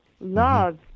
love